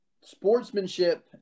sportsmanship